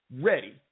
ready